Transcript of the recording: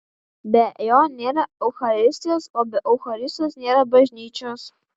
be jo nėra eucharistijos o be eucharistijos nėra bažnyčios